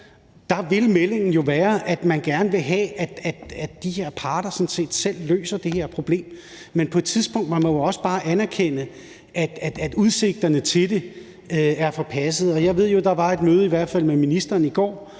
sker, vil meldingen jo være, at man gerne vil have, at de her parter sådan set selv løser det her problem. Men på et tidspunkt må man jo også bare anerkende, at udsigterne til det er forpassede. Og jeg ved jo, at der i hvert fald var et møde med ministeren i går,